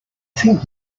think